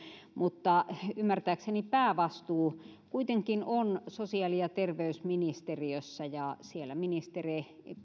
mutta ymmärtääkseni päävastuu kuitenkin on sosiaali ja terveysministeriössä ja siellä ministereillä